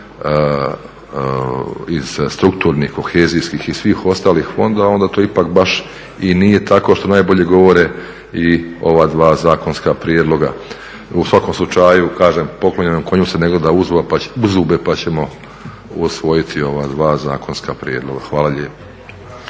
iz strukturnih, kohezijskih i svih ostalih fondova onda to ipak baš i nije tako što najbolje govore i ova dva zakonska prijedloga. U svakom slučaju kažem "poklonjenom konju se ne gleda u zube" pa ćemo usvojiti ova dva zakonska prijedloga. Hvala lijepo.